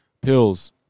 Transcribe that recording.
pills